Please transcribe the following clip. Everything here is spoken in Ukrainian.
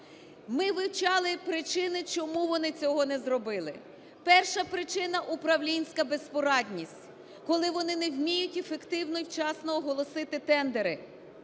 Ми вивчали причини, чому вони цього не зробили. Перша причина – управлінська безпорадність, коли вони не вміють ефективно і вчасно оголосити тендери